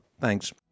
Thanks